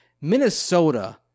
Minnesota